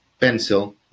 pencil